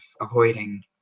avoiding